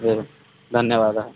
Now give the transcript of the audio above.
एवं धन्यवादः